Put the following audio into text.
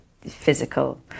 physical